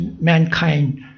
mankind